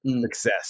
success